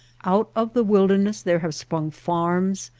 out of the wilderness there have sprung farms,